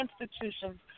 institutions